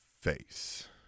face